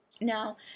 Now